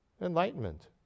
enlightenment